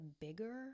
bigger